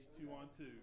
two-on-two